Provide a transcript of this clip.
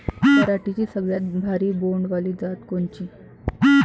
पराटीची सगळ्यात भारी बोंड वाली जात कोनची?